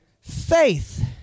Faith